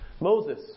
Moses